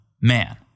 man